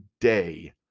day